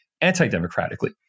anti-democratically